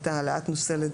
העלאת נושא לדיון,